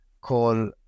call